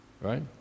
Right